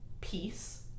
peace